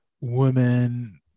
women